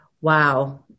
Wow